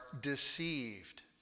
deceived